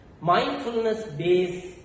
mindfulness-based